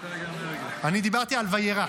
--- חיי שרה --- אני דיברתי על וירא.